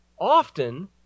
often